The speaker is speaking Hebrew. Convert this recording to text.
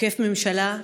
עוקף ממשלה,